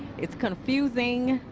it's confusing.